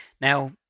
Now